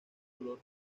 color